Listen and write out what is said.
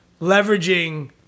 leveraging